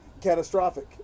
catastrophic